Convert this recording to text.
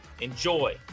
Enjoy